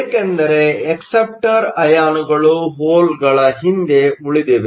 ಏಕೆಂದರೆ ಅಕ್ಸೆಪ್ಟರ್ ಅಯಾನುಗಳು ಹೋಲ್ಗಳ ಹಿಂದೆ ಉಳಿದಿವೆ